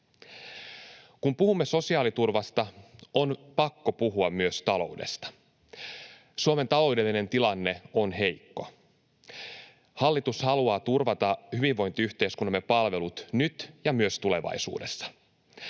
Kun puhumme sosiaaliturvasta, on pakko puhua myös taloudesta. Suomen taloudellinen tilanne on heikko. Hallitus haluaa turvata hyvinvointiyhteiskuntamme palvelut nyt ja myös tulevaisuudessa.